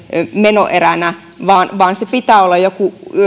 menoeränä vaan vaan siinä pitää olla